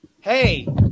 hey